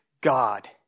God